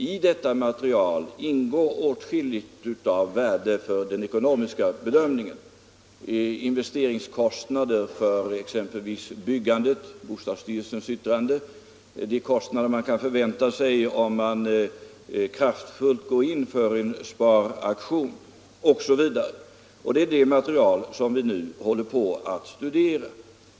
I detta material ingår åtskilligt av värde för den ekonomiska bedömningen rörande investeringskostnader exempelvis för byggande, som tas upp i bostadsstyrelsens yttrande, och de effekter som kan förväntas om vi kraftfullt går in för en sparaktion. Detta material håller vi nu på att studera.